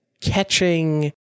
catching